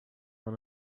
want